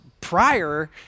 prior